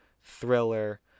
thriller